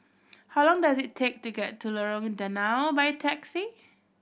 how long does it take to get to Lorong Danau by taxi